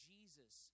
Jesus